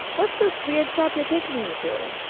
what's this weird shop you're taking me to?